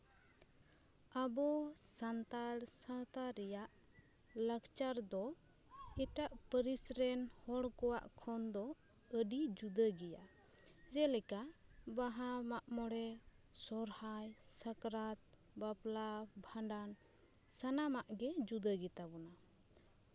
ᱟᱵᱚ ᱥᱟᱱᱛᱟᱲ ᱥᱟᱶᱛᱟ ᱨᱮᱭᱟᱜ ᱞᱟᱠᱪᱟᱨ ᱫᱚ ᱮᱴᱟᱜ ᱯᱟᱹᱨᱤᱥ ᱨᱮᱱ ᱦᱚᱲ ᱠᱚᱣᱟᱜ ᱠᱷᱚᱱ ᱫᱚ ᱟᱹᱰᱤ ᱡᱩᱫᱟᱹ ᱜᱮᱭᱟ ᱡᱮᱞᱮᱠᱟ ᱵᱟᱦᱟ ᱢᱟᱜ ᱢᱚᱲᱮ ᱥᱚᱦᱨᱟᱭ ᱥᱟᱠᱨᱟᱛ ᱵᱟᱯᱞᱟ ᱵᱷᱟᱸᱰᱟᱱ ᱥᱟᱱᱟᱢᱟᱜ ᱜᱮ ᱡᱩᱫᱟᱹ ᱜᱮᱛᱟᱵᱚᱱᱟ